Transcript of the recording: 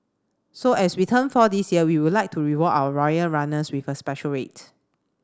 so as we turn four this year we would like to reward our loyal runners with a special rate